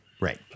Right